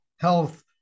health